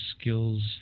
skills